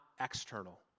external